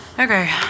Okay